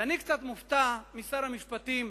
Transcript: אני קצת מופתע משר המשפטים,